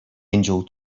angel